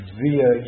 via